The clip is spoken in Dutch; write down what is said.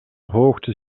hoogte